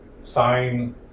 sign